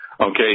Okay